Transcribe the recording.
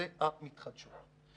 האנרגיות המתחדשות.